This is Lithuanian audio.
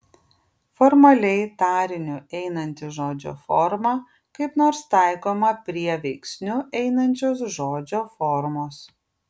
formaliai tariniu einanti žodžio forma kaip nors taikoma prie veiksniu einančios žodžio formos